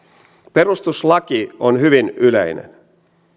perustuslaki on hyvin yleinen